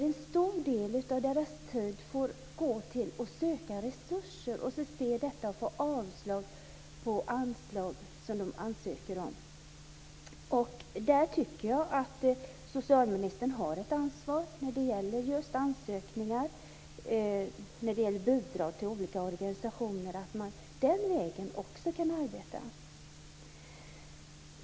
En stor del av tiden går åt till att söka resurser, och ofta får man avslag på dessa ansökningar. Jag tycker att socialministern har ett ansvar när det gäller ansökningar och bidrag till olika organisationer. Man kan också arbeta den vägen.